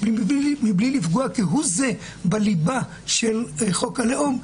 מבלי לפגוע כהוא זה בליבה של חוק הלאום.